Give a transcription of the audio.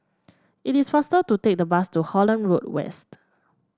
it is faster to take the bus to Holland Road West